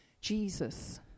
Jesus